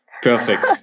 perfect